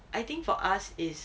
I think for us is